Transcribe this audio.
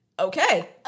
okay